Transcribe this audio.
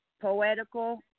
Poetical